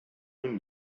own